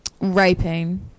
Raping